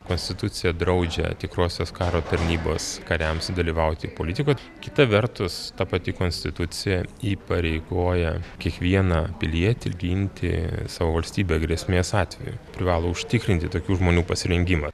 konstitucija draudžia tikrosios karo tarnybos kariams dalyvauti politikoj kita vertus ta pati konstitucija įpareigoja kiekvieną pilietį ginti savo valstybę grėsmės atveju privalo užtikrinti tokių žmonių pasirengimą